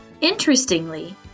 Interestingly